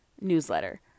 newsletter